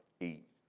eight